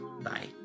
Bye